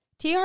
TR